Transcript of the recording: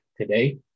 today